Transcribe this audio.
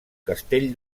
castell